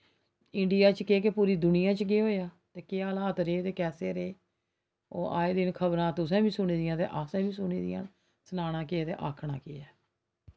India च केह् ते पूरी दुनियां च केह् होआ ते केह् हालात रेह् ते कैसे रेह् ओह् आए दिन खबरां तुसें बी सुनी दियां ते असें बी सुनी दियां सनानां केह् ते आखना केह्